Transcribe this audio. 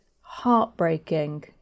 heartbreaking